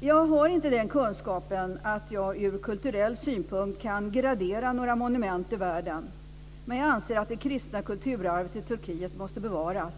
Jag har inte den kunskapen att jag ur kulturell synpunkt kan gradera några monument i världen, men jag anser att det kristna kulturarvet i Turkiet måste bevaras.